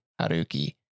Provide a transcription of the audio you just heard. Haruki